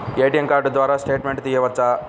ATM card ద్వారా statement తీయవచ్చా?